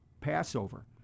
Passover